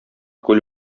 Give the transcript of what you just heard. күл